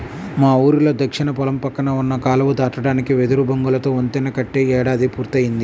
మా ఊరిలో దక్షిణ పొలం పక్కన ఉన్న కాలువ దాటడానికి వెదురు బొంగులతో వంతెన కట్టి ఏడాది పూర్తయ్యింది